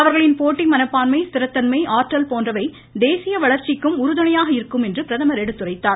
அவர்களின் போட்டி மனப்பான்மை ஸ்திரத்தன்மை ஆற்றல் போன்றவை தேசிய வளர்ச்சிக்கும் உறுதுணையாக இருக்கும் என்று எடுத்துரைத்தார்